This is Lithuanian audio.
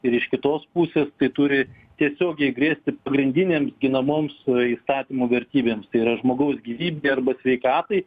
ir iš kitos pusės tai turi tiesiogiai grėsti pagrindinėms ginamoms įstatymų vertybėms tai yra žmogaus gyvybei arba sveikatai